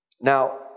Now